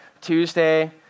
Tuesday